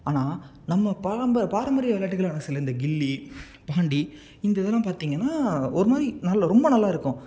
ஆனால் நம்ம பாரம்ப பாரம்பரிய விளையாட்டுகள் சில இந்த கில்லி பாண்டி இந்த இதெல்லாம் பார்த்திங்கன்னா ஒரு மாதிரி நல் ரொம்ப நல்லாயிருக்கும்